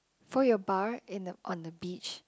fold your bar in the on the beach